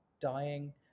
dying